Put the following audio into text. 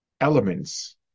elements